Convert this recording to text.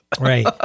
Right